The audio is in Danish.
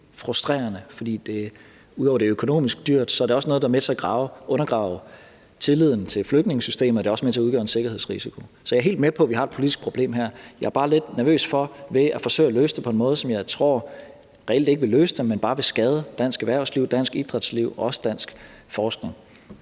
frustrerende, fordi det ud over at være økonomisk dyrt også er noget, der er med til at undergrave tilliden til flygtningesystemet, og det er også med til at udgøre en sikkerhedsrisiko. Så jeg er helt med på, at vi har et politisk problem her. Jeg er bare lidt nervøs for at forsøge at løse det på den måde, for jeg tror reelt ikke på, at det vil løse det, men bare skade dansk erhvervsliv, dansk idrætsliv og også dansk forskning.